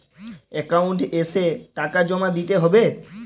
Account এসে টাকা জমা দিতে হবে?